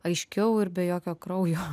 aiškiau ir be jokio kraujo